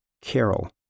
Carol